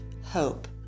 hope